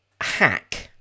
hack